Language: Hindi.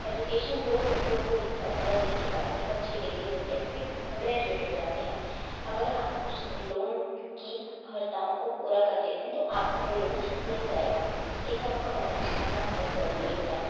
एजुकेशन लोन उन लोगों को दिया जाता है जिनके पास एक अच्छी डिग्री होती है फिर वे ग्रेजुएट हो जाते हैं अगर आप उस लोन की अहर्ताओं को पूरा कर लेते हैं तो आपको वो लोन मिल जाएगा इसके लिए आपका पढ़ा लिखा होना बहुत ज़रुरी होता है